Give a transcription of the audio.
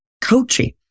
coaching